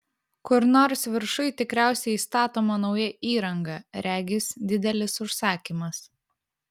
kur nors viršuj tikriausiai statoma nauja įranga regis didelis užsakymas